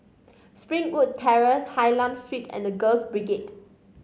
Springwood Terrace Hylam Street and The Girls Brigade